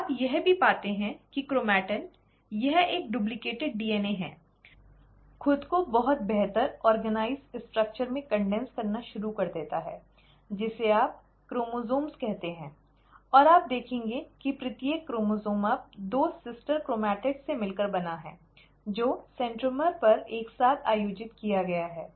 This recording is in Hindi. आप यह भी पाते हैं कि क्रोमैटिन राइट यह एक डुप्लिकेटेड डीएनए है खुद को बहुत बेहतर संगठित संरचना में कन्डेन्स करना शुरू कर देता है जिसे आप क्रोमोसोम्स कहते हैं और आप देखेंगे कि प्रत्येक क्रोमोसोम अब दो सिस्टर क्रोमैटिड से मिलकर बना है जो सेंट्रोमियर पर एक साथ आयोजित किया गया है